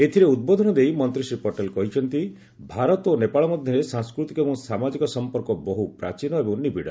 ଏଥିରେ ଉଦ୍ବୋଧନ ଦେଇ ମନ୍ତ୍ରୀ ଶ୍ରୀ ପଟେଲ୍ କହିଛନ୍ତି ଭାରତ ଓ ନେପାଳ ମଧ୍ୟରେ ସାଂସ୍କୃତିକ ଏବଂ ସାମାଜିକ ସମ୍ପର୍କ ବହୁ ପ୍ରାଚୀନ ଏବଂ ନିବିଡ଼